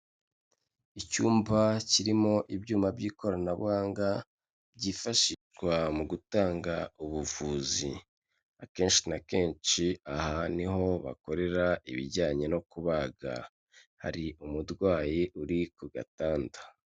Icyumba kirimo ibyuma by'ikoranabuhanga, byifashishwa mu gutanga ubuvuzi, akenshi na kenshi aha niho bakorera ibijyanye no kubaga, hari umurwayi uri ku gatanda.